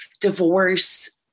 divorce